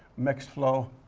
mixed flow.